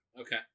Okay